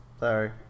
Sorry